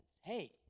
hey